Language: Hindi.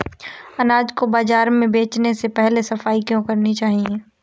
अनाज को बाजार में बेचने से पहले सफाई क्यो करानी चाहिए?